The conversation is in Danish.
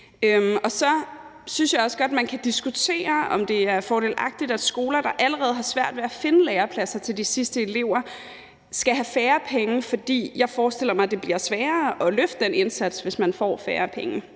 Så synes jeg også godt, man kan diskutere, om det er fordelagtigt, at skoler, der allerede har svært ved at finde lærepladser til de sidste elever, skal have færre penge. For jeg forestiller mig, det bliver sværere at løfte den indsats, hvis man får færre penge,